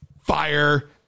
fire